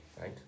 right